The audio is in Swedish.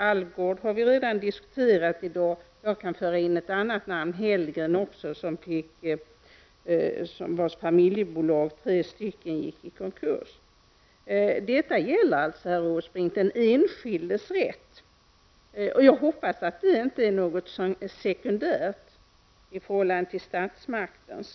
Alvgard har vi redan diskuterat i dag — jag kan föra in ett annat namn i debatten: Hellgren, vars tre familjeföretag gick i konkurs. Detta gäller, herr Åsbrink, den enskildes rätt. Jag hoppas att det inte är något som är sekundärt i förhållande till statsmakten.